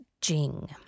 jing